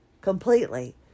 completely